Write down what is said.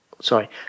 sorry